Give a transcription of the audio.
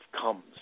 comes